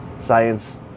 Science